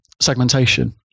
segmentation